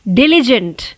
diligent